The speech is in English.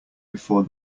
before